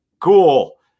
cool